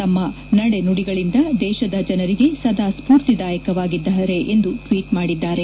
ತಮ್ಮ ನಡೆಸುಡಿಗಳಿಂದ ದೇಶದ ಜನರಿಗೆ ಸದಾ ಸ್ಪೂರ್ತಿದಾಯಕವಾಗಿದ್ದಾರೆ ಎಂದು ಟ್ವೀಟ್ ಮಾಡಿದ್ದಾರೆ